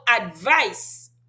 advice